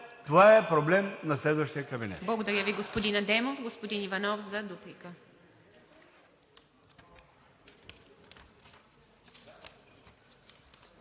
това е проблем на следващия кабинет.